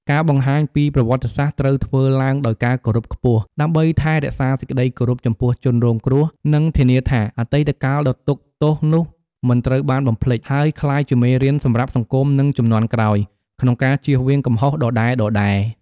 ការបង្ហាញពីប្រវត្តិសាស្ត្រត្រូវធ្វើឡើងដោយការគោរពខ្ពស់ ដើម្បីថែរក្សាសេចក្តីគោរពចំពោះជនរងគ្រោះ និងធានាថា អតីតកាលដ៏ទុក្ខទោសនោះមិនត្រូវបានបំភ្លេច ហើយក្លាយជាមេរៀនសម្រាប់សង្គមនិងជំនាន់ក្រោយក្នុងការជៀសវាងកំហុសដដែលៗ។